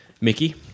Mickey